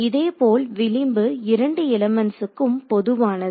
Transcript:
இதேபோல் விளிம்பு இரண்டு எலிமெண்ட்ஸ்கும் பொதுவானது